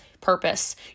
purpose